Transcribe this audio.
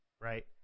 right